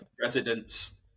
residents